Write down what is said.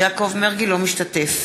אינו משתתף